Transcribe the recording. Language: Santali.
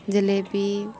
ᱡᱷᱤᱞᱟᱹᱯᱤ